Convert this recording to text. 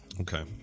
Okay